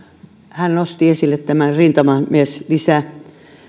hän nosti esille tämän rintamamieslisän